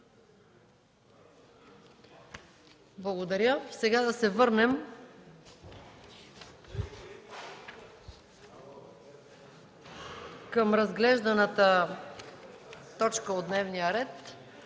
приета. Сега да се върнем към разглежданата точка от дневния ред.